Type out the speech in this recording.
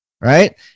Right